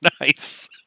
Nice